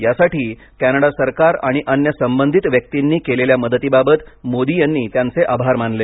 यासाठी कॅनडा सरकार आणि अन्य संबंधित व्यक्तींनी केलेल्या मदतीबाबत मोदी यांनी त्यांचे आभार मानले